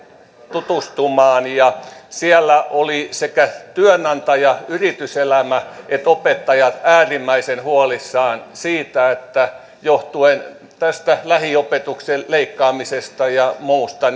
tutustumaan ja siellä olivat sekä työnantaja yrityselämä että opettajat äärimmäisen huolissaan siitä että johtuen lähiopetuksen leikkaamisesta ja muusta